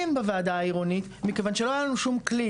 בוועדה העירונית מכיוון שלא היה לנו שום כלי,